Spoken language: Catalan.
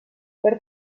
per